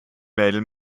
mädel